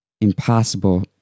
impossible